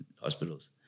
hospitals